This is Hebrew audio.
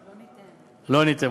לא ניתן להם.